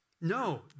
No